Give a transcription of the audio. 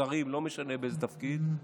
שרים, לא משנה באיזה תפקיד,